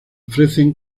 ofrecen